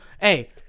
Hey